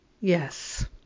yes